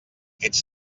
ets